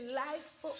life